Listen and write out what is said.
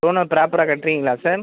லோனை ப்ராப்பராக கட்டுறீங்களா சார்